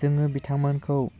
जोङो बिथांमोनखौ